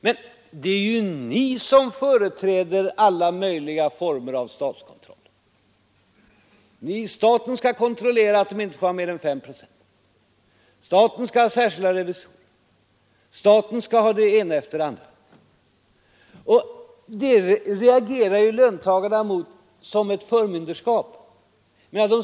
Men det är ni som företräder alla möjliga former av statskontroll. Staten skall kontrollera att de inte har mer än 5 procent av aktiekapitalet, staten skall ha särskilda revisorer, staten skall ha det ena efter det andra. Det reagerar löntagarna mot som ett förmyndarskap.